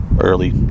early